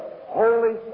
holy